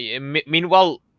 Meanwhile